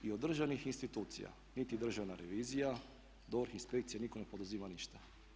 I od državnih institucija, niti državna revizija, DORH, inspekcije, nitko ne poduzima ništa.